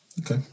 Okay